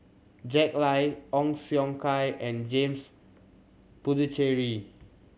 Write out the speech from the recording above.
Jack Lai Ong Siong Kai and James Puthucheary